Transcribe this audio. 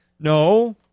No